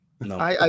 No